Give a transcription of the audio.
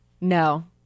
No